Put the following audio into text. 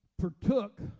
partook